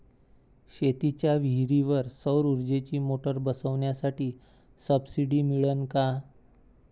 शेतीच्या विहीरीवर सौर ऊर्जेची मोटार बसवासाठी सबसीडी मिळन का?